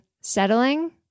settling